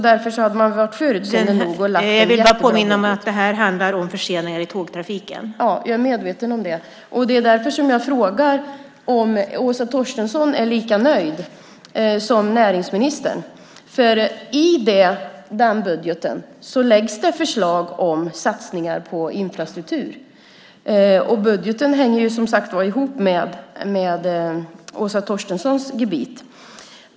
Därför hade man varit förutseende. Jag är medveten om det. Det är därför jag frågar om Åsa Torstensson är lika nöjd som näringsministern. I budgeten läggs det fram förslag om satsningar på infrastruktur. Budgeten hänger som sagt ihop med Åsa Torstenssons gebit.